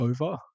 over